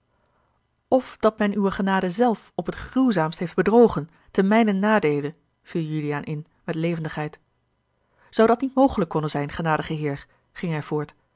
of dat men uwe genade zelf op het gruwzaamst heeft bedrogen te mijnen nadeele viel juliaan in met levendigheid zou dat niet konnen zijn genadige heer ging hij voort